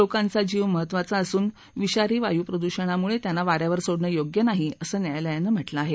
लोकांचा जीव महत्वाचा असून विषारी वायू प्रदूषणामुळे त्यांना वाऱ्यावर सोडणं योग्य नाही असं न्यायालयानं म्हटलं आहे